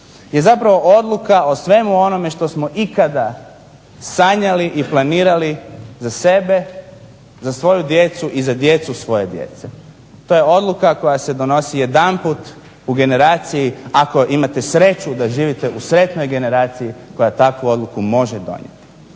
i zapravo odluka o svemu onome što smo ikada sanjali i planirali za sebe, za svoju djecu i za djecu svoje djece. To je odluka koja se donosi jedanput u generaciji ako imate sreću da živite u sretnoj generaciji koja takvu odluku može donijeti.